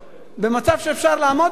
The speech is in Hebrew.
במצב שאפשר לעמוד בזה.